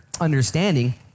understanding